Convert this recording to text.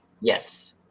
Yes